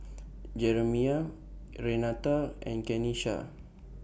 Jeramiah Renata and Kenisha